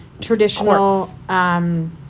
traditional